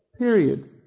Period